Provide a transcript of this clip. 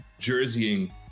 jerseying